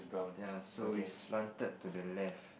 ya so is slanted to the left